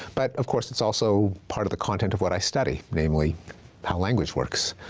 but of course, it's also part of the content of what i study, namely how language works.